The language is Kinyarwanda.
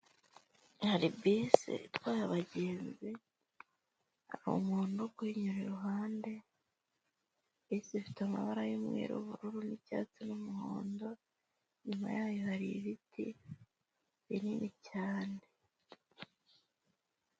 Hari bisi itwaye abagenzi, hari umuntu uri kuyinyura iruhande, bisi ifite amabara y'umweru, ubururu n'icyatsi n'umuhondo, inyuma yayo hari ibiti binini cyane.